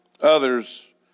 Others